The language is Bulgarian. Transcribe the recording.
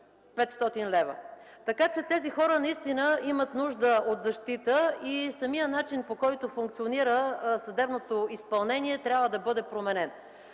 1500 лв. Тези хора имат нужда от защита. Самият начин, по който функционира съдебното изпълнение, трябва да бъде променен.